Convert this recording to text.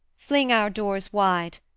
fling our doors wide!